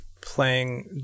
playing